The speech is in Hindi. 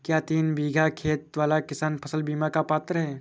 क्या तीन बीघा खेत वाला किसान फसल बीमा का पात्र हैं?